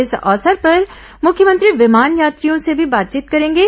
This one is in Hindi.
इस अवसर पर मुख्यमंत्री विमान यात्रियों से भी बातचीत करेंगे